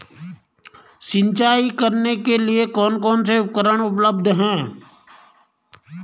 सिंचाई करने के लिए कौन कौन से उपकरण उपलब्ध हैं?